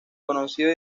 conocido